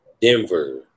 Denver